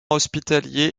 hospitalier